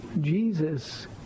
Jesus